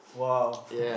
!wow!